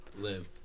Live